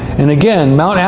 and again, mt. yeah